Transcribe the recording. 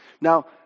now